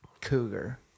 cougar